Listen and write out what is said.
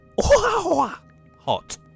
hot